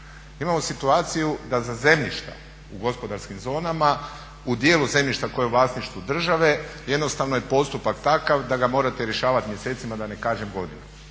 Imamo situaciju da za zemljišta u gospodarskim zonama u dijelu zemljišta koje je u vlasništvu države jednostavno je postupak takav da ga morate rješavati mjesecima, da ne kažem godinama.